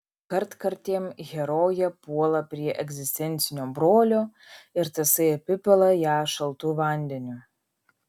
kartkartėm herojė puola prie egzistencinio brolio ir tasai apipila ją šaltu vandeniu